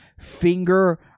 Finger